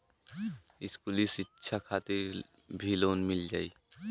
इस्कुली शिक्षा खातिर भी लोन मिल जाई?